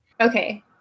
Okay